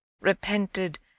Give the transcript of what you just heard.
repented